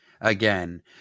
Again